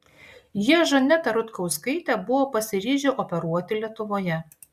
jie žanetą rutkauskaitę buvo pasiryžę operuoti lietuvoje